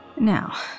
Now